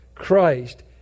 Christ